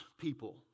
people